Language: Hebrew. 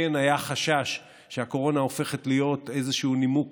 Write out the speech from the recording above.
שכן היה חשש שהקורונה הופכת להיות איזה נימוק